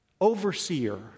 overseer